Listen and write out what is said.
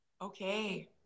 okay